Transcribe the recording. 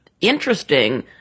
interesting